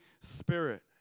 Spirit